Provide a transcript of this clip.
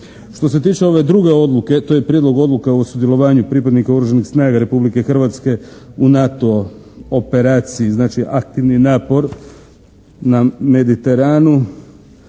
Što se tiče ove druge odluke, to je Prijedlog odluke o sudjelovanju pripadnika oružanih snaga Republike Hrvatske u NATO operaciji, znači aktivni napor na Mediteranu.